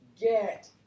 get